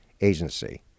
agency